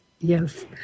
Yes